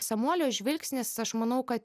samuolio žvilgsnis aš manau kad